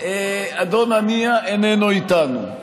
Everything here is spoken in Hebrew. אדון הנייה איננו איתנו.